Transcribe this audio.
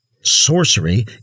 Sorcery